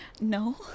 No